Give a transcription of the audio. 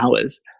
hours